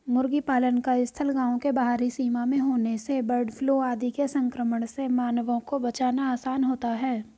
मुर्गी पालन का स्थल गाँव के बाहरी सीमा में होने से बर्डफ्लू आदि के संक्रमण से मानवों को बचाना आसान होता है